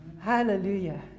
hallelujah